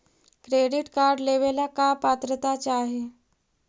Credit card लेवेला का पात्रता चाही?